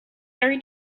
very